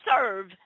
serve